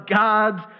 God's